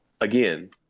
again